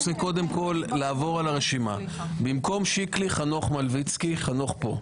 במקום שיקלי חנוך מלביצקי, חנוך פה.